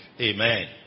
Amen